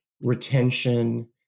retention